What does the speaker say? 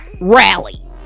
rally